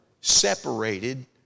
separated